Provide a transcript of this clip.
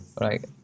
right